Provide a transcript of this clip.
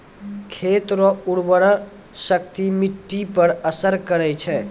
खेत रो उर्वराशक्ति मिट्टी पर असर करै छै